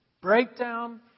breakdown